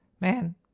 Man